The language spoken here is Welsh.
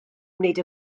wneud